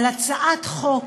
על הצעת חוק